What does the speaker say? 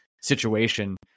situation